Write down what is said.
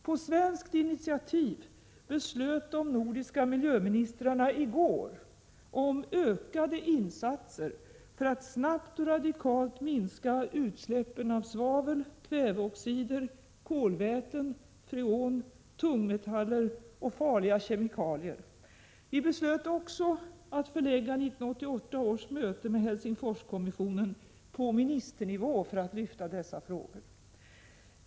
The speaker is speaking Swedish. På svenskt initiativ beslöt de nordiska miljöministrarna i går om ökade insatser för att snabbt och radikalt minska utsläppen av svavel, kväveoxider, kolväten, freon, tungmetaller och farliga kemikalier. Vi beslöt också att förlägga 1988 års möte med Helsingforskommissionen på ministernivå för att lyfta dessa frågor.